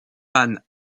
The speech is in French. van